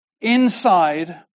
inside